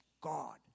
God